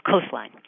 coastline